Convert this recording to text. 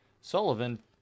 Sullivan